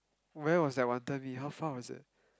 where was that Wanton-Mee how far was it